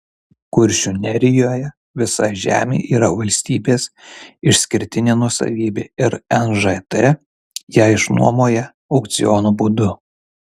kuršių nerijoje visa žemė yra valstybės išskirtinė nuosavybė ir nžt ją išnuomoja aukciono būdu